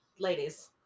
ladies